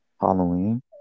Halloween